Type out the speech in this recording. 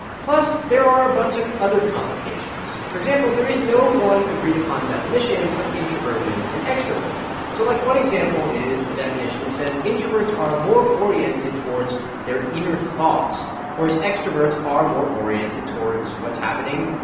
plus there are a bunch of other complications. for example, there is no one agreed upon definition of introversion and extroversion. so, like, one example is a definition that says introverts are more oriented towards their inner-thoughts whereas extroverts are more oriented towards what's happening,